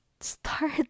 start